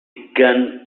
gun